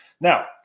Now